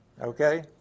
okay